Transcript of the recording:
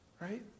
Right